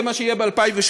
זה מה שיהיה ב-2017.